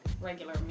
regular